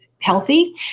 healthy